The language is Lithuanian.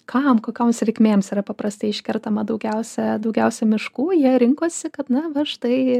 kam kokioms reikmėms yra paprastai iškertama daugiausia daugiausia miškų jie rinkosi kad na va štai